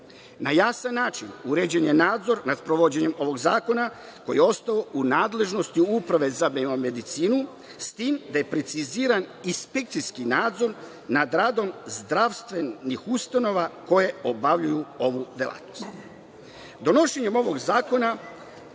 jasan način uređen je nadzor nad sprovođenjem ovog zakona, koji je ostao u nadležnosti Uprave za biomedicinu, s tim da je preciziran inspekcijski nadzor nad radom zdravstvenih ustanova koje obavljaju ovu delatnost. Donošenjem ovog zakona